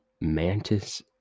Mantis